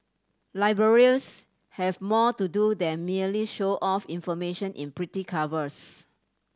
libraries have more to do than merely show off information in pretty covers